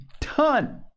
ton